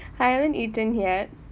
I haven't eaten yet